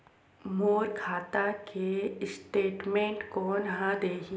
मोर खाता के स्टेटमेंट कोन ह देही?